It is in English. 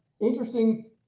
interesting